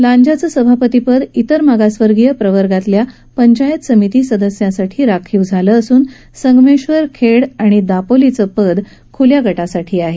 लांज्याचं सभापतिपद इतर मागासवर्गीय प्रवर्गातल्या पंचायत समिती सदस्यासाठी राखीव झालं असून संगमेश्वर खेड आणि दापोलीचं पद ख्ल्या गटासाठी आहे